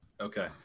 Okay